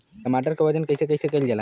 टमाटर क वजन कईसे कईल जाला?